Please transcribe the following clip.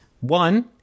One